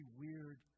weird